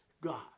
God